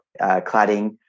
cladding